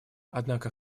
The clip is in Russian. однако